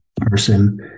person